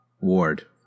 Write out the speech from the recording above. Ward